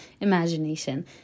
imagination